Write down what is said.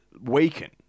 weaken